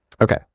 Okay